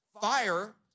Fire